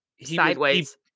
Sideways